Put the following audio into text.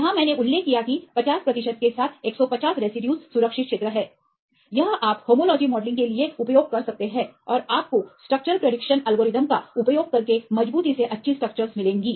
यहां मैंने उल्लेख किया कि 50 प्रतिशत के साथ 150 रेसिड्यूज सुरक्षित क्षेत्र है यह आप होमोलॉजी मॉडलिंग के लिए उपयोग कर सकते हैं और आपको स्ट्रक्चर भविष्यवाणी एल्गोरिदम का उपयोग करके मज़बूती से अच्छी स्ट्रक्चर्स मिलेंगी